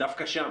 דווקא שם.